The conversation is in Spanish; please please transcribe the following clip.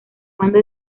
mando